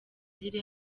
ziri